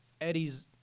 Eddie's